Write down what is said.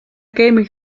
gaming